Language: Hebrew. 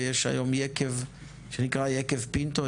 ויש היום יקב שנקרא יקב פינטו,